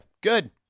Good